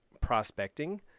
prospecting